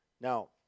Now